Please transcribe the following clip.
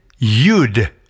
Yud